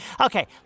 Okay